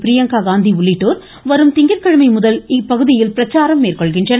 பிரியங்கா காந்தி உள்ளிட்டோர் வரும் திங்கட்கிழமை முதல் இங்கு பிரச்சாரம் மேற்கொள்கின்றனர்